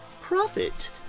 profit